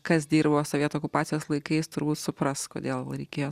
kas dirbo sovietų okupacijos laikais turbūt supras kodėl reikėjo